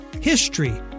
HISTORY